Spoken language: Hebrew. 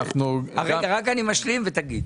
רגע, רק אני משלים ותגיד.